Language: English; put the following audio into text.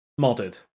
modded